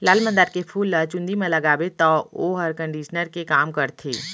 लाल मंदार के फूल ल चूंदी म लगाबे तौ वोहर कंडीसनर के काम करथे